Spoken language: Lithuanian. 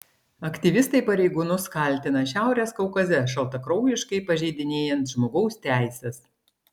aktyvistai pareigūnus kaltina šiaurės kaukaze šaltakraujiškai pažeidinėjant žmogaus teises